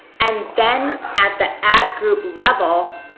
and then at the ad group level,